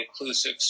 inclusive